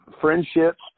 friendships